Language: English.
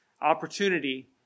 Opportunity